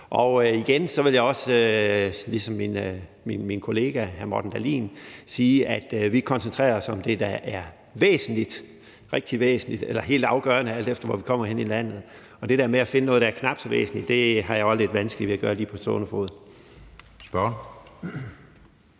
jeg. Igen vil jeg også, ligesom min kollega hr. Morten Dahlin, sige, at vi koncentrerer os om det, der er væsentligt, rigtig væsentligt eller helt afgørende, alt efter hvor vi kommer fra i landet. Det der med at finde noget, der er knap så væsentligt, har jeg også lidt vanskeligt ved at gøre lige på stående fod. Kl.